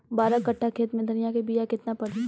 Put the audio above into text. बारह कट्ठाखेत में धनिया के बीया केतना परी?